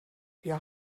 wir